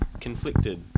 conflicted